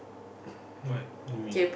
what you mean